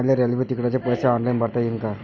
मले रेल्वे तिकिटाचे पैसे ऑनलाईन भरता येईन का?